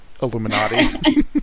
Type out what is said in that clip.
Illuminati